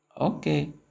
Okay